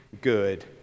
good